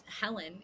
helen